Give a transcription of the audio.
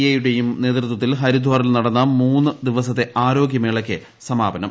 I യുടേയും നേതൃത്വത്തിൽ ഹരിദ്വാറിൽ നടന്ന മൂന്നു ദിവസത്തെ ആരോഗ്യ മേളയ്ക്ക് സമാപനം